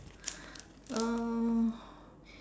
um